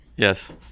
Yes